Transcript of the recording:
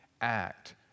act